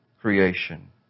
creation